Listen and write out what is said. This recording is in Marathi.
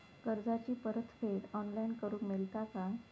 कर्जाची परत फेड ऑनलाइन करूक मेलता काय?